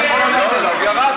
תעלו את